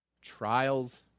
trials